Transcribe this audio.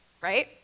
Right